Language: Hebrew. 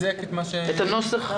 אני מחזק את מה שהיא אמרה.